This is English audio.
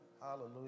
Hallelujah